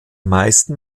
meisten